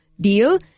deal